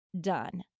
done